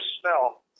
smell